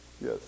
Yes